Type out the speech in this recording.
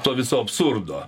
to viso absurdo